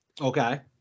Okay